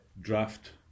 draft